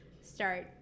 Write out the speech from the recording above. start